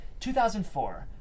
2004